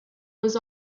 was